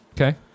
Okay